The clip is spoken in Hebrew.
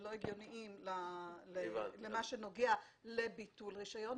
ולא הגיוניים למה שנוגע לביטול רישיון.